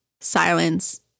silence